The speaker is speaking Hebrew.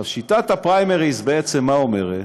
עכשיו, שיטת הפריימריז, מה בעצם היא אומרת?